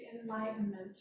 enlightenment